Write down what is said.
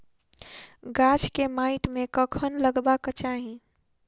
गाछ केँ माइट मे कखन लगबाक चाहि?